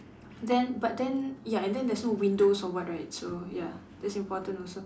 then but then ya and then there's no windows or what right so ya that's important also